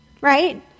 Right